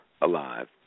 alive